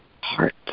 heart